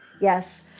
Yes